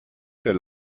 für